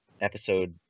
episode